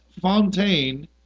Fontaine